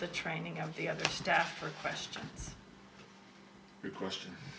the training of the other staff or question your question